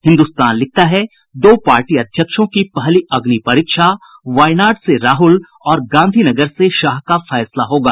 हिन्दुस्तान लिखता है दो पार्टी अध्यक्षों की पहली अग्निपरीक्षा वायनाड से राहुल और गांधीनगर से शाह का फैसला होगा